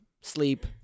sleep